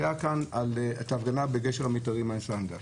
הייתה הפגנה בגשר המיתרים על אהוביה סנדק,